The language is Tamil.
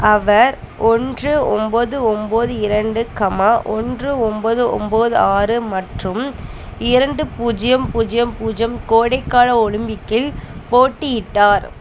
அவர் ஒன்று ஒம்பது ஒம்பது இரண்டு கமா ஒன்று ஒம்பது ஒம்பது ஆறு மற்றும் இரண்டு பூஜ்ஜியம் பூஜ்ஜியம் பூஜ்ஜியம் கோடைக்கால ஒலிம்பிக்கில் போட்டியிட்டார்